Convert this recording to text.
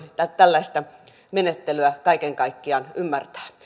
tällaista menettelyä kaiken kaikkiaan ymmärtää